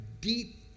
deep